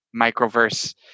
microverse